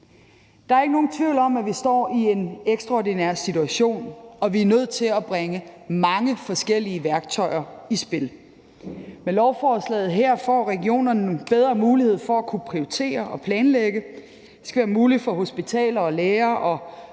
Der er ikke nogen tvivl om, at vi står i en ekstraordinær situation, og at vi er nødt til at bringe mange forskellige værktøjer i spil. Med lovforslaget her får regionerne en bedre mulighed for at kunne prioritere og planlægge. Det bliver muligt for hospitaler og læger at